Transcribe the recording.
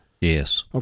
Yes